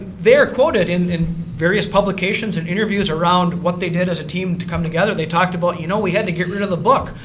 they're quoted in various publications and interviews around what they did as a team to come together. they talked about you know, we had to get rid of the book.